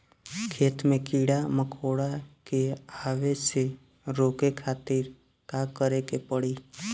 खेत मे कीड़ा मकोरा के आवे से रोके खातिर का करे के पड़ी?